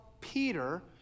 Peter